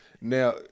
Now